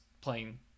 playing